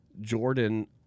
Jordan